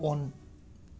on